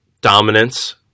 dominance